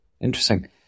Interesting